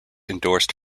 endorsed